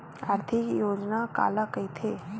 आर्थिक योजना काला कइथे?